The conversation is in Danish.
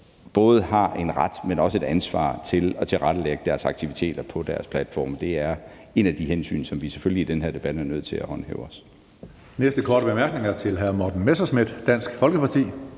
både har en ret til, men også et ansvar for at tilrettelægge deres aktiviteter på deres platforme. Det er et af de hensyn, som vi selvfølgelig i den her debat er nødt til også at